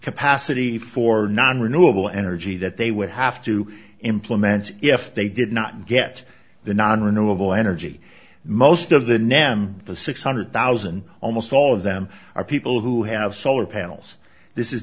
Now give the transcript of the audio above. capacity for non renewable energy that they would have to implement if they did not get the nonrenewable energy most of the nam the six hundred thousand almost all of them are people who have solar panels this is